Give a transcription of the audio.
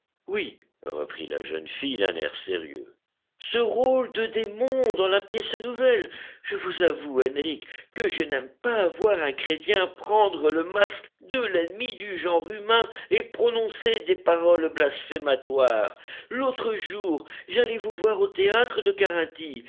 oui reprit la jeune fille d'un air sérieux ce rôle de démon dans la pièce nouvelle je vous avoue henrich que je n'aime pas voir un chrétien prendre le masque de l'ennemi du genre humain et prononcer des paroles blasphématoires l'autre jour j'allai vous voir au théâtre de carinthie